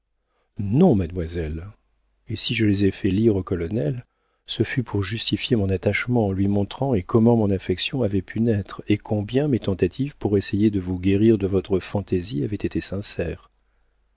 non mademoiselle et si je les ai fait lire au colonel ce fut pour justifier mon attachement en lui montrant et comment mon affection avait pu naître et combien mes tentatives pour essayer de vous guérir de votre fantaisie avaient été sincères